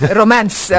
romance